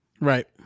Right